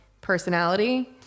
personality